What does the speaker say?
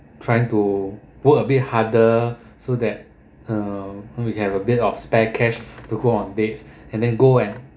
trying to work a bit harder so that uh we have a bit of spare cash to go on dates and then go and